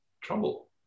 trouble